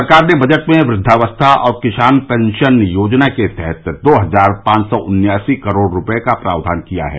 सरकार ने बजट में वृद्वावस्था और किसान पेंशन योजना के तहत दो हजार पांच सौ उन्यासी करोड़ रूपये का प्रावधान किया है